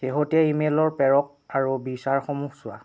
শেহতীয়া ইমেইলৰ প্ৰেৰক আৰু বিচাৰসমূহ চোৱা